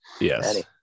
yes